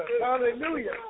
Hallelujah